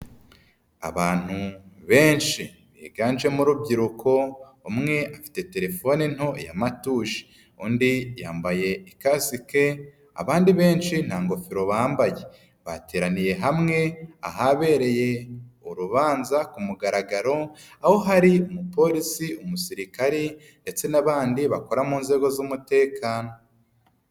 Abantu benshi higanjemo urubyiruko, umwe afite telefone nto ya matushe, undi yambaye ikasike, abandi benshi nta ngofero bambaye. Bateraniye hamwe, ahabereye urubanza ku mugaragaro, aho hari umupolisi, umusirikari, ndetse n'abandi bakora mu nzego z'umutekano.